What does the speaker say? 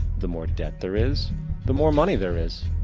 the more debt there is the more money there is.